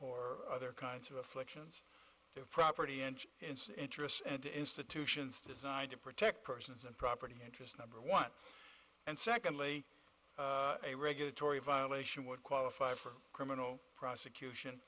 or other kinds of afflictions property interests and institutions designed to protect persons and property interests number one and secondly a regulatory violation would qualify for criminal prosecution